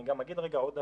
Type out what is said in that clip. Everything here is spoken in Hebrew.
אני גם אגיד רגע עוד דבר.